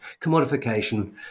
commodification